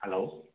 hello